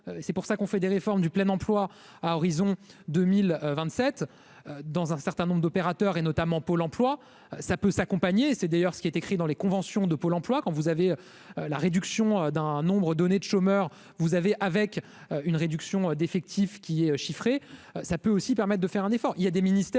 c'est pour ça qu'on fait des réformes du plein emploi à horizon 2027 dans un certain nombre d'opérateurs et notamment Pôle emploi ça peut s'accompagner, c'est d'ailleurs ce qui est écrit dans les conventions de Pôle emploi quand vous avez la réduction d'un nombre donné de chômeurs : vous avez, avec une réduction d'effectifs qui est chiffré, ça peut aussi permettre de faire un effort, il y a des ministères